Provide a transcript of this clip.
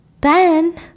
ben